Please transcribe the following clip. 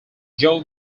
joe